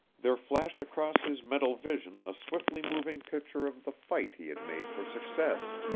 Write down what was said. there flashed across his mental vision a swiftly moving picture of the fight he had made for success.